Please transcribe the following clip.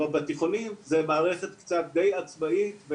אבל בתיכונים זו מערכת די עצמאית,